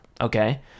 okay